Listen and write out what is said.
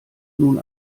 nun